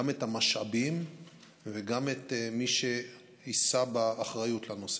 גם את המשאבים וגם את מי שיישא באחריות לנושא.